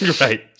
Right